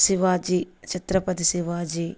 Shivaji Chhatrapati Shivaji